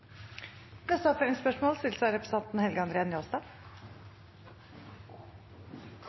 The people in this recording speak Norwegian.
neste hovedspørsmål, fra representanten Helge André Njåstad.